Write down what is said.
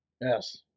Yes